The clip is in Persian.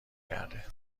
گرده